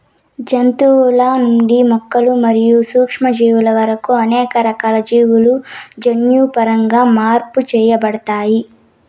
జంతువుల నుండి మొక్కలు మరియు సూక్ష్మజీవుల వరకు అనేక రకాల జీవులు జన్యుపరంగా మార్పు చేయబడ్డాయి